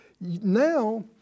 Now